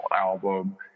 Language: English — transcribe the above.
album